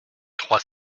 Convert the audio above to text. trois